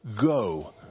go